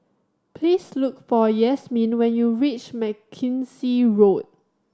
please look for Yasmine when you reach Mackenzie Road